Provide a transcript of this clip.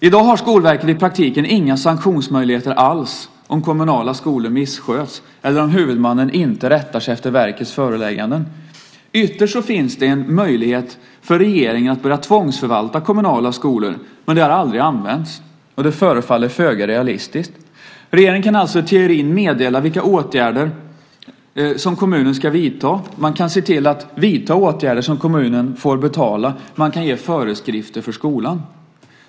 I dag har Skolverket i praktiken inga sanktionsmöjligheter alls om kommunala skolor missköts eller om huvudmannen inte rättar sig efter verkets förelägganden. Ytterst finns det en möjlighet för regeringen att börja tvångsförvalta kommunala skolor, men den har aldrig använts och förefaller föga realistisk. Regeringen kan i teorin meddela vilka åtgärder som kommunen ska vidta, man kan se till att vidta åtgärder som kommunen får betala och man kan ge föreskrifter för skolan.